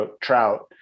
trout